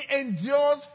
endures